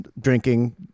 drinking